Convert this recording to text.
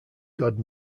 god